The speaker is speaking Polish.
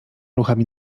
ruchami